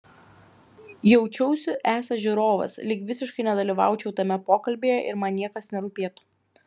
jaučiausi esąs žiūrovas lyg visiškai nedalyvaučiau tame pokalbyje ir man niekas nerūpėtų